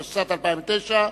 התשס"ט 2009,